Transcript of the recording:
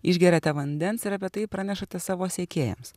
išgeriate vandens ir apie tai pranešate savo sekėjams